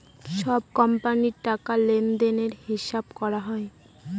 সব কোম্পানির টাকা লেনদেনের হিসাব করা হয়